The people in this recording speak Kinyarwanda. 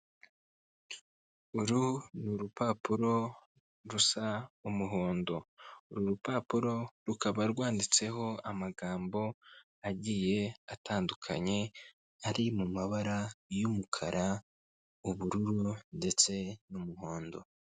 Uru ni urupapuro rusa umuhondo, uru rupapuro rukaba rwanditseho amagambo agiye atandukanye ari mu mabara y'umukara, ubururu ndetse n'umuhondo.